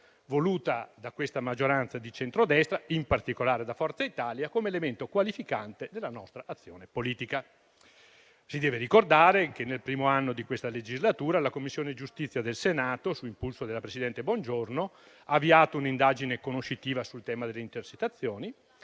voluta da questa maggioranza di centrodestra, in particolare da Forza Italia, come elemento qualificante della nostra azione politica. Si deve ricordare che nel primo anno di questa legislatura la Commissione giustizia del Senato, su impulso della presidente Bongiorno, ha avviato un'indagine conoscitiva sul tema delle intercettazioni,